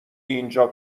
اینجا